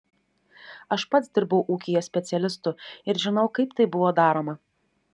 aš pats dirbau ūkyje specialistu ir žinau kaip tai buvo daroma